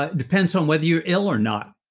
ah depends on whether you're ill or not.